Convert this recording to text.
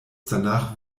danach